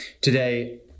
Today